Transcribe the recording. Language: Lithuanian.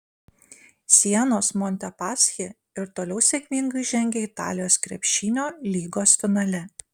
sienos montepaschi ir toliau sėkmingai žengia italijos krepšinio lygos finale